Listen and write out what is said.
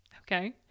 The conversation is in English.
Okay